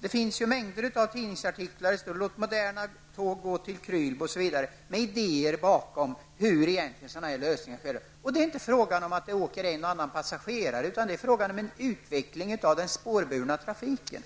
Det finns mängder av tidningsartiklar med idéer och lösningar, t.ex. ''Låt moderna tåg gå till Krylbo''. Det är inte fråga om att det åker en och annan passagerare, utan det är fråga om en utveckling av den spårburna trafiken.